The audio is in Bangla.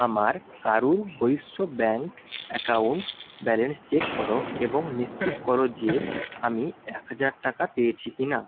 আমার Karur Vysya bank account balance check করো এবং নিশ্চিত করো যে আমি এক হাজার টাকা পেয়েছি কি না